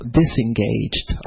disengaged